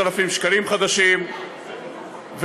זה פרויקט הדגל שהגה הרצל בזמנו והוא לא התקדם,